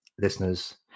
listeners